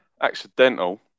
accidental